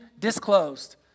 disclosed